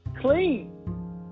clean